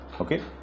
okay